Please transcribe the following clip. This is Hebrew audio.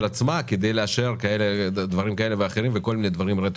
עצמה כדי לאשר דברים כאלה ואחרים רטרואקטיבית.